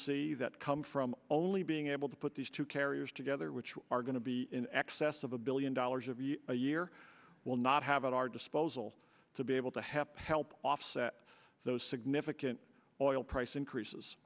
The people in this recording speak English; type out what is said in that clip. see that come from only being able to put these two carriers together which are going to be in excess of a billion dollars a year will not have at our disposal to be able to have help offset those significant oil price increases